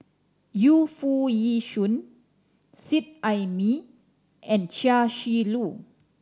Yu Foo Yee Shoon Seet Ai Mee and Chia Shi Lu